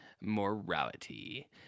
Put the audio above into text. morality